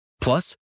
Plus